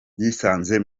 yisanze